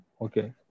Okay